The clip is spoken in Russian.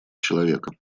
человека